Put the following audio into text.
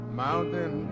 mountain